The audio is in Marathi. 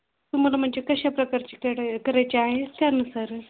तुम्हाला म्हणजे कशा प्रकारचे कड करायचे आहेत त्यानुसार